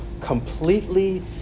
completely